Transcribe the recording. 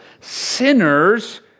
sinners